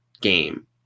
game